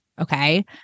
okay